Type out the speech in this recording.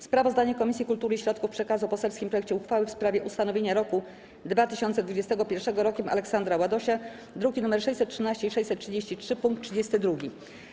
Sprawozdanie Komisji Kultury i Środków Przekazu o poselskim projekcie uchwały w sprawie ustanowienia roku 2021 Rokiem Aleksandra Ładosia (druki nr 613 i 633) - punkt 32.